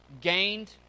gained